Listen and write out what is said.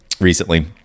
recently